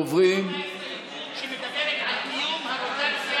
שמדברת על קיום הרוטציה,